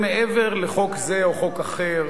לכן, מעבר לחוק זה או חוק אחר,